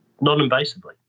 non-invasively